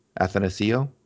Athanasio